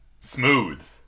Smooth